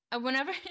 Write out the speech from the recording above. whenever